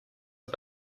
are